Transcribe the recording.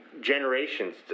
generations